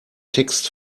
text